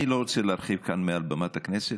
אני לא רוצה להרחיב כאן מעל במת הכנסת,